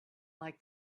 like